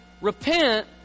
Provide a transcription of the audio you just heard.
repent